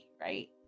right